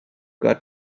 got